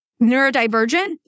neurodivergent